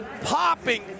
popping